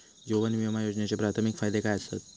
जीवन विमा योजनेचे प्राथमिक फायदे काय आसत?